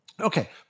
okay